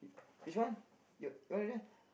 which one you you want